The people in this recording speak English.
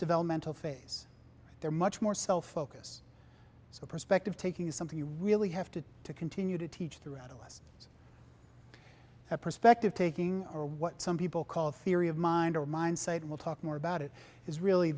developmental phase they're much more self focus so perspective taking is something you really have to to continue to teach throughout us that perspective taking are what some people call theory of mind or mind side we'll talk more about it is really